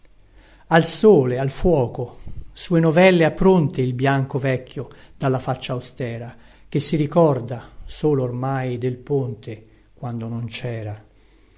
al sole al fuoco sue novelle ha pronte il bianco vecchio dalla faccia austera che si ricorda solo ormai del ponte quando non cera